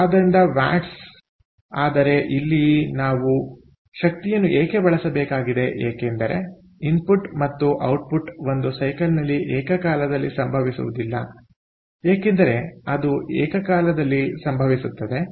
ಆದ್ದರಿಂದ ವ್ಯಾಟ್ಸ್ ಆದರೆ ಇಲ್ಲಿ ನಾವು ಶಕ್ತಿಯನ್ನು ಏಕೆ ಬಳಸಬೇಕಾಗಿದೆ ಏಕೆಂದರೆ ಇನ್ಪುಟ್ ಮತ್ತು ಔಟ್ಪುಟ್ ಒಂದು ಸೈಕಲ್ನಲ್ಲಿ ಏಕಕಾಲದಲ್ಲಿ ಸಂಭವಿಸುವುದಿಲ್ಲ ಏಕೆಂದರೆ ಅದು ಏಕಕಾಲದಲ್ಲಿ ಸಂಭವಿಸುತ್ತದೆ